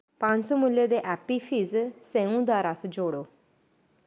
पंज सौ मुल्लै दे एप्पी फिज स्यौ दा रस जोड़ो